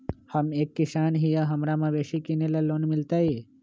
हम एक किसान हिए हमरा मवेसी किनैले लोन मिलतै?